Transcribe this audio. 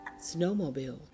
Snowmobile